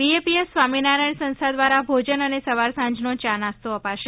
BAPS Swaminarayan સંસ્થા દ્વારા ભોજન અને સવાર સાંજનો ચા નાસ્તો અપાશે